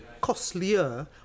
costlier